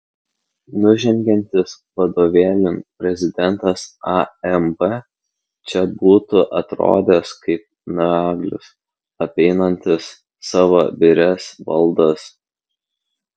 nužengiantis vadovėlin prezidentas amb čia būtų atrodęs kaip naglis apeinantis savo birias valdas